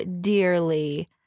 dearly